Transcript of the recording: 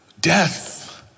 death